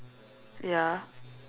ya